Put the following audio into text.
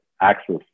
access